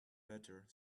better